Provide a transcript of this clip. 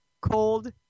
Cold